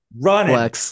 running